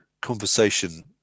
conversation